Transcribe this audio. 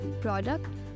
product